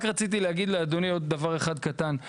רק רציתי להגיד לאדוני עוד דבר אחד קטן.